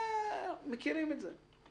אנחנו מכירים את זה.